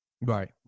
Right